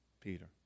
Peter